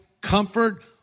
comfort